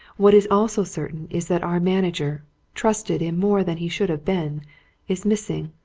what is also certain is that our manager trusted in more than he should have been is missing,